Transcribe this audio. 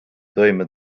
toime